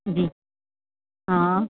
जी हा